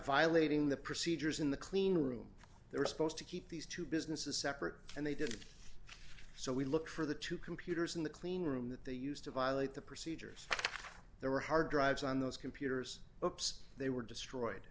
violating the procedures in the clean room they were supposed to keep these two businesses separate and they did so we looked for the two computers in the clean room that they used to violate the procedures there were hard drives on those computers opes they were destroyed